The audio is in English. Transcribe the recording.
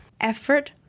Effort